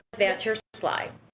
that's your slide.